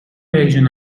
هیجان